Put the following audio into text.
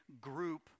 group